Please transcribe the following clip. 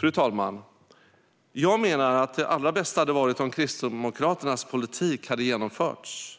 Fru talman! Det allra bästa hade varit om Kristdemokraternas politik hade genomförts.